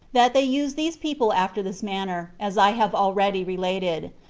that they used these people after this manner, as i have already related.